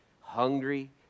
hungry